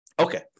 Okay